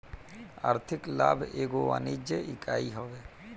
आर्थिक लाभ एगो वाणिज्यिक इकाई हवे